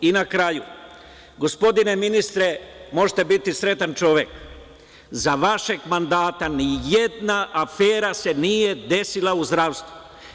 I na kraju, gospodine ministre, možete biti sretan čovek, za vašeg mandata ni jedna afera se nije desila u zdravstvu.